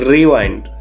Rewind